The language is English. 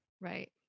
Right